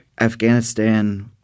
Afghanistan